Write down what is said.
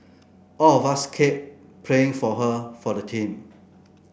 all of us kept praying for her for the team